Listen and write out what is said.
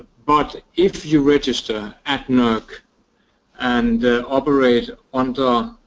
but if you register at nerc and operate under